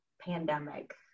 pandemic